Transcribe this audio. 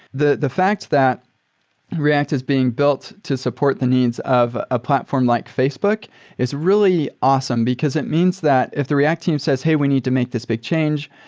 the the fact that react is being built to support the needs of a platform like facebook is really awesome because it means that if the react team says, hey, we need to make this big change.